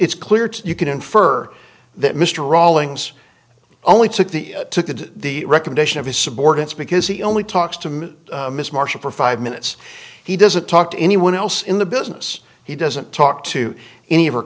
it's clear to you can infer that mr rawlings only took the took at the recommendation of his subordinates because he only talks to miss marshall for five minutes he doesn't talk to anyone else in the business he doesn't talk to any of her